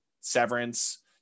Severance